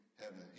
heaven